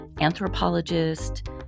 anthropologist